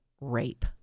rape